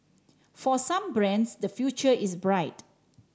for some brands the future is bright